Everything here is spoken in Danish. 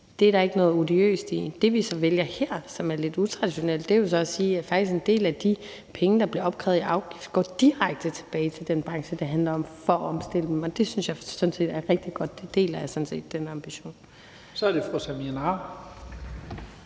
Det er der ikke noget odiøst i. Det, vi så vælger her, som er lidt utraditionelt, er jo så at sige, at en del af de penge, der bliver opkrævet i afgift, faktisk går direkte tilbage til den branche, det handler om, for at omstille den, og det synes jeg sådan set er rigtig godt. Den ambition deler jeg sådan set.